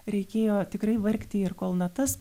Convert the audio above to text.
reikėjo tikrai vargti ir kol natas